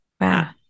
Wow